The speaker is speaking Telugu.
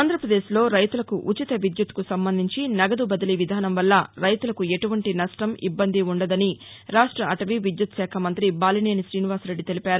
ఆంధ్రప్రదేశ్లో రైతులకు ఉచిత విద్యుత్కు సంబంధించి నగదు బదిలీ విధానం వల్ల రైతులకు ఎటువంటి నష్టం ఇబ్బంది వుండదని రాష్ట్ర అటవీ విద్యుత్ శాఖ మంత్రి బాలినేని శ్రీనివాసరెడ్డి తెలిపారు